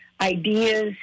ideas